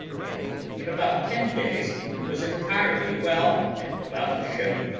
and in about ten days was entirely well and about the ship.